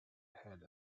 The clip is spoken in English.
head